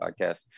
podcast